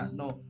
no